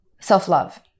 self-love